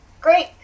great